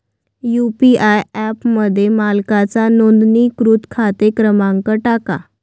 UPI ॲपमध्ये मालकाचा नोंदणीकृत खाते क्रमांक टाका